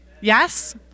Yes